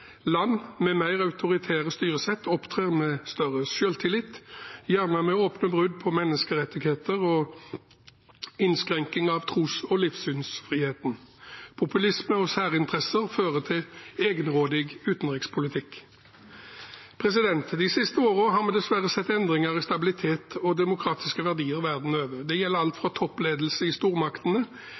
Land med mer autoritære styresett opptrer med større selvtillit, gjerne med åpne brudd på menneskerettigheter og innskrenkning av tros- og livssynsfriheten. Populisme og særinteresser fører til egenrådig utenrikspolitikk. De siste årene har vi dessverre sett endringer i stabilitet og demokratiske verdier verden rundt. Det gjelder alt fra toppledelse i stormaktene